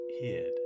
hid